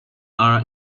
are